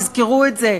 תזכרו את זה.